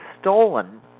stolen